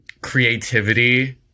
creativity